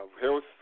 health